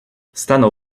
stanął